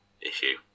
issue